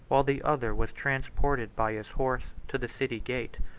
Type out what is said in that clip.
while the other was transported by his horse to the city gate.